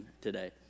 today